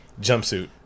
jumpsuit